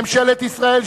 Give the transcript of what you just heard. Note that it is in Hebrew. ממשלת ישראל,